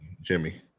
Jimmy